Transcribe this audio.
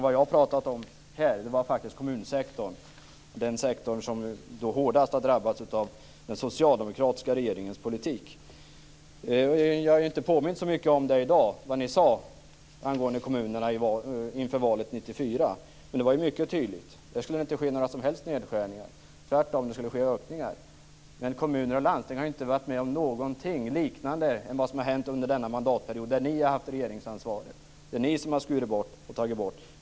Vad jag pratar om här är faktiskt kommunsektorn, den sektor som hårdast har drabbats av den socialdemokratiska regeringens politik. Vi har inte påmint så mycket i dag om vad ni sade angående kommunerna inför valet 1994, men det var ju mycket tydligt. Det skulle inte ske några som helst nedskärningar. Det skulle tvärtom ske ökningar. Men kommuner och landsting har inte varit med om någonting liknande det som har hänt under denna mandatperiod. Det är ni som har haft regeringsansvaret. Ni har skurit bort och tagit bort.